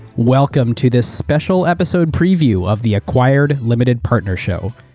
welcome to this special episode preview of the acquired limited partner show.